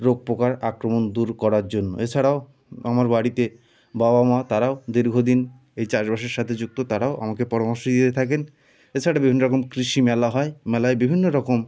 রোগ পোকার আক্রমণ দূর করার জন্য এছাড়াও আমার বাড়িতে বাবা মা তারাও দীর্ঘদিন এই চাষবাসের সাথে যুক্ত তারাও আমাকে পরামর্শ দিতে থাকেন এছাড়া বিভিন্ন রকম কৃষি মেলা হয় মেলায় বিভিন্ন রকম